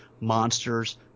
monsters